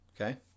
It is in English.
Okay